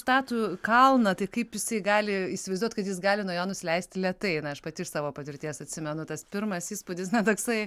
statų kalną tai kaip jisai gali įsivaizduoti kad jis gali nuo jo nusileisti lėtai na aš pati iš savo patirties atsimenu tas pirmas įspūdis na toksai